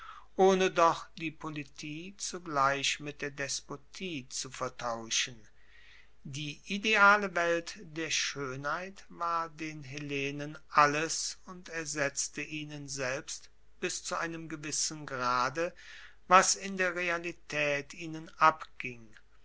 ohne doch die politie zugleich mit der despotie zu vertauschen die ideale welt der schoenheit war den hellenen alles und ersetzte ihnen selbst bis zu einem gewissen grade was in der realitaet ihnen abging